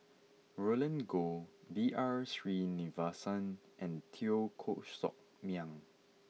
Roland Goh B R Sreenivasan and Teo Koh Sock Miang